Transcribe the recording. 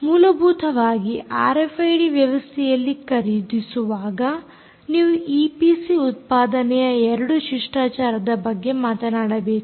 ಮೂಲಭೂತವಾಗಿ ಆರ್ಎಫ್ಐಡಿ ವ್ಯವಸ್ಥೆಯಲ್ಲಿ ಖರೀದಿಸುವಾಗ ನೀವು ಈಪಿಸಿ ಉತ್ಪಾದನೆಯ 2 ಶಿಷ್ಟಾಚಾರದ ಬಗ್ಗೆ ಮಾತನಾಡಬೇಕು